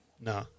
no